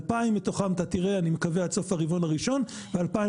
2,000 מתוכן אתה תראה אני מקווה עד סוף הרבעון הראשון ו-2,000